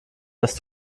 dass